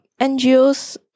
NGOs